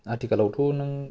आथिखालावथ' नों